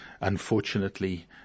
unfortunately